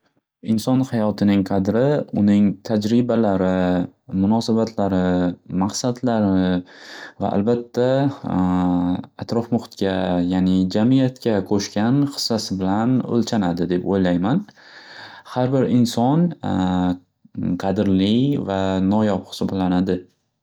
Inson hayotining qadri uning tajribalari, munosabatlari, maqsadlari va albatta atrof muhitga ya'ni jamiyatga qo'shgan hissasi bilan o'lchanadi deb o'ylayman. Har bir inson qadrli va noyob hisoblanadi.